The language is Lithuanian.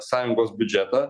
sąjungos biudžetą